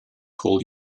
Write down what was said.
call